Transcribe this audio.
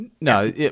No